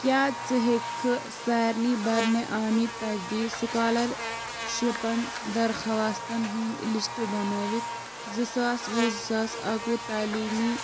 کیٛاہ ژٕ ہیٚکہِ کھا سارنٕے بھَرنہٕ آمِتۍ تجدیٖد سُکالر شِپَن درخوٛاستن ہنٛد لسٹہٕ بنٲیِتھ زٕ ساس وُہ زٕ ساس اَکوُہ تعلیٖمی